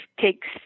takes